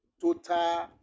total